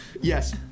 Yes